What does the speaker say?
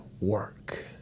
work